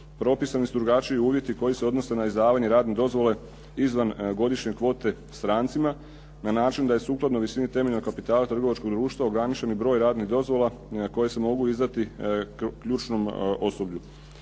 Propisani su drugačiji uvjeti koji se odnose na izdavanje radne dozvole izvan godišnje kvote strancima na način da je sukladno visini temeljnog kapitala trgovačkog društva ograničeni broj radnih dozvola koje se mogu izdati ključnom osoblju.